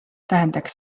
tähendaks